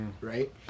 right